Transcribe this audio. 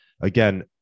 Again